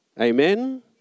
Amen